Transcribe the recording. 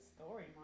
story